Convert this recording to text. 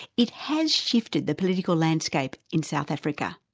it has shifted the political landscape in south africa.